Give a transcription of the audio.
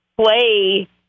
play